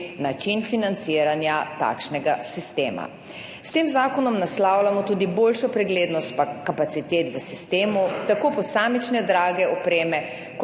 način financiranja takšnega sistema, s tem zakonom naslavljamo tudi boljšo preglednost kapacitet v sistemu, tako posamične drage opreme kot